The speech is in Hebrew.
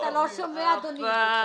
ועוד פעם